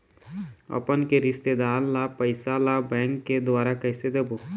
अपन के रिश्तेदार ला पैसा ला बैंक के द्वारा कैसे देबो?